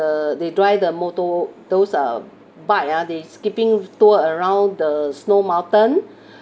the they dry the motor those uh bike ah they skipping tour around the snow mountain